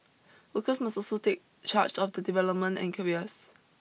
workers must also take charge of their development and careers